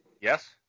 Yes